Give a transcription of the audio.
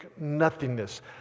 Nothingness